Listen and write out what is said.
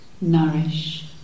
nourish